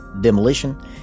demolition